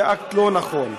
זה אקט לא נכון.